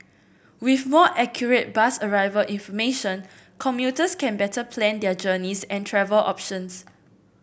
with more accurate bus arrival information commuters can better plan their journeys and travel options